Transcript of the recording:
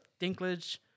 Dinklage